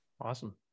awesome